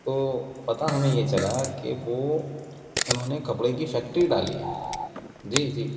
تو پتا ہمیں یہ چلا کہ وہ انہوں نے کپڑے کی فیکٹری ڈالی ہے جی جی